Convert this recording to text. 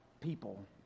people